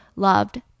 Loved